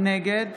נגד